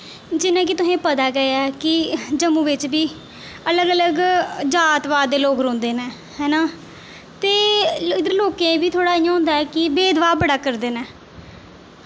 जियां कि तुसेंगी पता गै कि जम्मू बिच्च बी अलग अलग जात पात दे लोग रौंह्दे न है ना ते इद्धर लोकें ई बी थोह्ड़ा इ'यां होंदा कि भेदभाव बड़ा करदे न